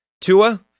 Tua